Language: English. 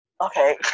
okay